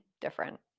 different